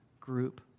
group